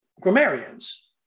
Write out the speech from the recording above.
grammarians